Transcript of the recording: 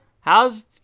How's